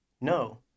no